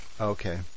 Okay